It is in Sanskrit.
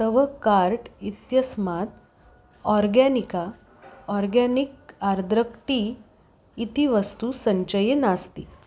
तव कार्ट् इत्यस्मात् आर्गेनिका आर्गेनिक् आर्द्रक् टी इति वस्तु सञ्चये नास्ति